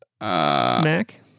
Mac